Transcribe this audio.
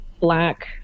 black